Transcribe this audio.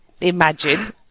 imagine